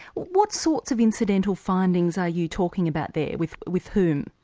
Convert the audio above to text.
what sorts of incidental findings are you talking about there with with whom?